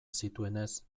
zituenez